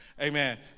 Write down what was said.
amen